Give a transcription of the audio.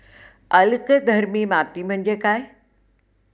अल्कधर्मी माती म्हणजे काय?